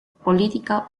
political